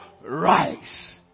rise